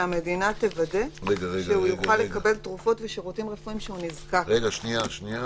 שהמדינה תוודא שהוא יוכל לקבל תרופות ושירותים רפואיים שהוא נזקק להם.